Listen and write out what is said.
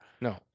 No